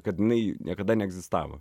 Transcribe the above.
kad jinai niekada neegzistavo